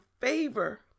favor